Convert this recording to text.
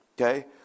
Okay